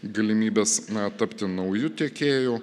galimybes na tapti nauju tiekėju